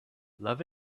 love